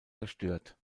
zerstört